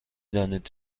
دانید